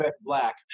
black